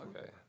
okay